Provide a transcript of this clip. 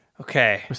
okay